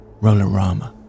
Rollerama